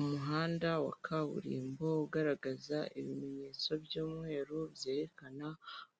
Umuhanda wa kaburimbo ugaragaza ibimenyetso by'umweru byerekana